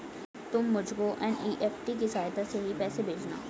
तुम मुझको एन.ई.एफ.टी की सहायता से ही पैसे भेजना